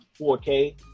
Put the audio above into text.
4K